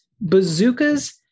bazookas